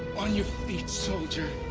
on your feet soldier.